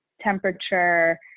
temperature